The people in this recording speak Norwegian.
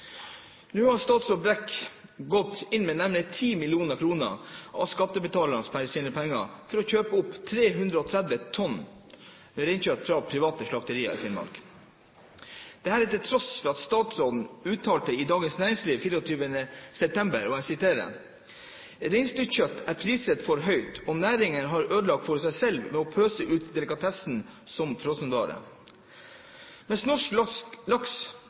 Nå har statsråd Brekk gått inn med nærmere 10 mill. kr av skattebetalernes penger for å kjøpe opp 330 tonn reinkjøtt fra private slakterier i Finnmark. Dette til tross for at statsråden uttalte i Dagens Næringsliv den 24. september: «Reinsdyrkjøtt er priset for høyt og næringen har ødelagt for seg selv ved å pøse ut delikatessen som frossenvare.» Mens norsk laks